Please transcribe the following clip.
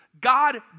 God